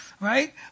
right